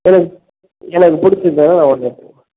எனக்கு எனக்கு பிடிச்சிருந்ததுன்னா நான் உடனே